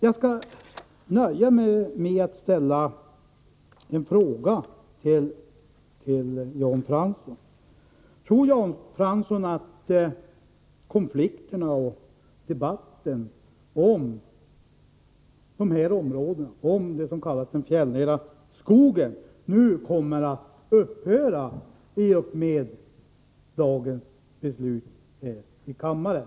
Jag skall nu nöja mig med att ställa en fråga till Jan Fransson: Tror Jan Fransson att konflikterna och debatten om de här områdena, om det som kallas den fjällnära skogen, kommer att upphöra i och med dagens beslut här i kammaren?